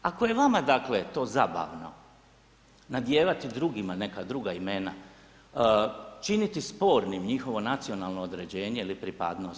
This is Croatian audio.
Ako je vama, dakle to zabavno nadijevati drugima neka druga imena, činiti spornim njihovo nacionalno određenje ili pripadnost.